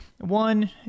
One